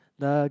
the